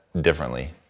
differently